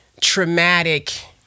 traumatic